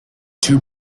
two